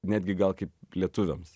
netgi gal kaip lietuviams